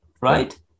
right